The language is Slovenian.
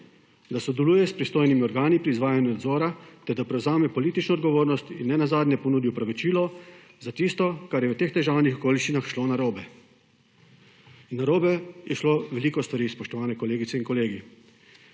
Da sodeluje s pristojnimi organi pri izvajanju nadzora ter da prevzame politično odgovornost in nenazadnje ponudi opravičilo za tisto, kar je v teh težavnih okoliščinah šlo narobe. In narobe je šlo veliko stvari, spoštovane kolegice in kolegi.